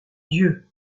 dieu